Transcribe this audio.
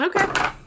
Okay